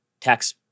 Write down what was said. tax